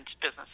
business